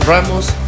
Ramos